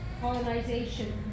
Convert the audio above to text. colonization